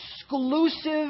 exclusive